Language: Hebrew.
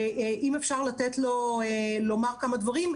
אם אפשר לתת לו לומר כמה דברים,